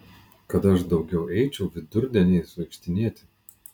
kad aš daugiau eičiau vidurdieniais vaikštinėti